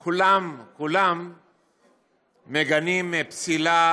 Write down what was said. כולם, כולם מגנים פסילה